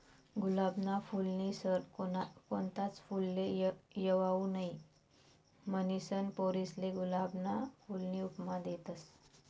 गुलाबना फूलनी सर कोणताच फुलले येवाऊ नहीं, म्हनीसन पोरीसले गुलाबना फूलनी उपमा देतस